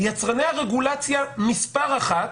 יצרני הרגולציה מספר אחת,